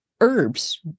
herbs